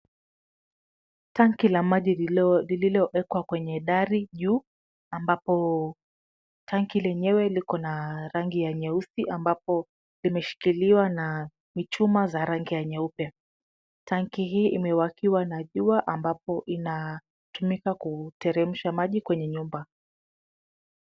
Tanki la maji lililowekwa kwenye dari juu ambapo tanki lenyewe liko na rangi ya nyeusi ambapo limeshikiliwa na michuma za rangi ya nyeupe. Tanki hii imewakiwa na jua ambapo inatumika kuteremsha maji kwenye nyumba.